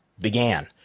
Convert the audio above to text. began